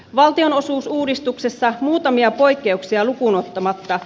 valtionosuusuudistuksessa muutamia poikkeuksia lukuunottamatta